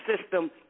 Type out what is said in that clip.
system